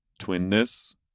twinness